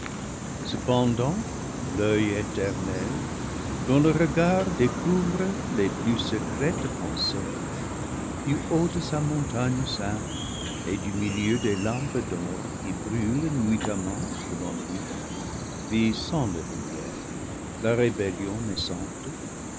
cependant l'oeil éternel dont le regard découvre les plus se crètes pensées du haut de sa montagne sainte et du milieu des lampes d'or qui brûlent nuitamment devant lui vit sans leur lumière la rébellion naissante